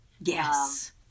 Yes